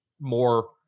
more